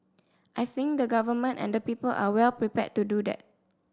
I think the Government and the people are well prepared to do that